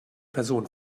person